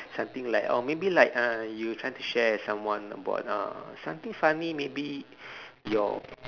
something like oh maybe like uh you trying to share with someone about uh something funny maybe your